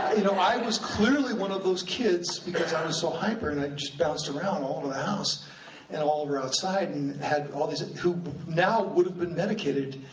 you know, i was clearly one of those kids because i was so hyper, and i just bounced around all over the house and all over outside, and had all these who now would have been medicated,